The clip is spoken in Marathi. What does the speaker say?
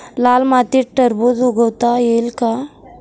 लाल मातीत टरबूज उगवता येईल का?